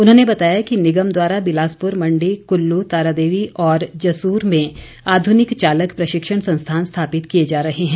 उन्होंने बताया कि निगम द्वारा बिलासपुर मंडी कुल्लू तारादेवी और जसूर में आधुनिक चालक प्रशिक्षण संस्थान स्थापित किए जा रहे हैं